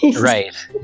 Right